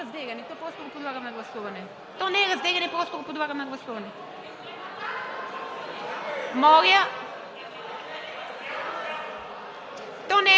Моля?